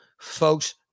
folks